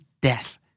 death